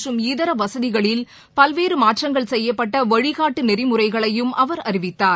மற்றும் இதரவசதிகளைபல்வேறமாற்றங்கள் செய்யப்பட்டவழிகாட்டுநெறிமுறைகளையும் அவர் அறிவித்தார்